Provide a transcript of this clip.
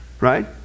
Right